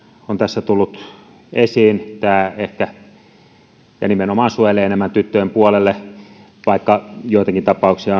on tässä tullut esiin tämä nimenomaan suojelee enemmän tyttöjen puolella vaikka tietysti on joitakin tapauksia